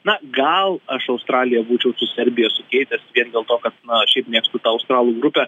na gal aš australiją būčiau su serbija sukeitęs vien dėl to kad na šiaip mėgstu australų grupę